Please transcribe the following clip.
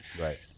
Right